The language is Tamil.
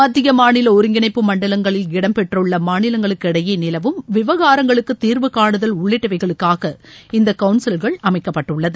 மத்திய மாநில ஒருங்கிணைப்பு மண்டலங்களில் இடம்பெற்றுள்ள மாநிலங்களுக்கிடையே நிலவும் விவகாரங்களுக்கு தீர்வுகானுதல் உள்ளிட்டவைகளுக்காக இந்த கவுன்சில்கள் அமைக்கப்பட்டுள்ளது